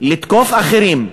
לתקוף אחרים,